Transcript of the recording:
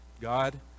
God